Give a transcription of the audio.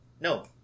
No